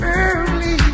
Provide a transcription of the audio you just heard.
early